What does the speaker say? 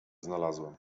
znalazłem